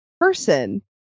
person